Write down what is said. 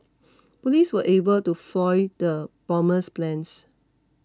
police were able to foil the bomber's plans